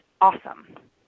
awesome